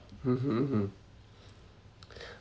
mm hmm hmm